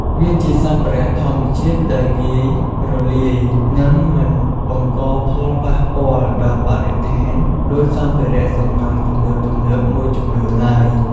វាជាសម្ភារៈធម្មជាតិដែលងាយរលាយ និងមិនបង្កផលប៉ះពាល់ដល់បរិស្ថានដូចសម្ភារៈសំណង់ទំនើបៗមួយចំនួនឡើយ។